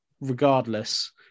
regardless